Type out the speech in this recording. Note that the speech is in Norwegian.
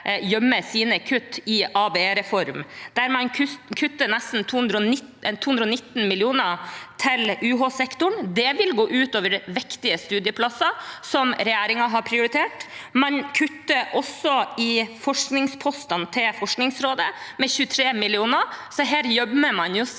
gjemmer sine kutt i ABE-reformen, der man kutter nesten 219 mill. kr til UH-sektoren. Det vil gå ut over viktige studieplasser som regjeringen har prioritert. Man kutter også i forskningspostene til Forskningsrådet med 23 mill. kr. Her gjemmer man jo